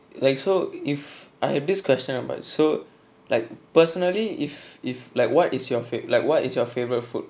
like so if I have this question about so like personally if if like what is your fav~ like what is your favourite food